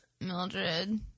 Mildred